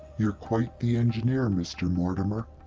you're quite the engineer, mr. mortimer.